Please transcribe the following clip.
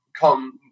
come